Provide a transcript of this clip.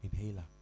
Inhaler